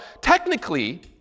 technically